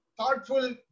thoughtful